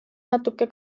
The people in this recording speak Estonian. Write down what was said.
natuke